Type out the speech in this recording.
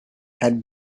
had